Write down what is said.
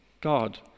god